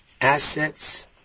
assets